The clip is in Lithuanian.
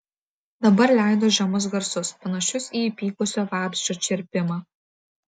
dabar leido žemus garsus panašius į įpykusio vabzdžio čirpimą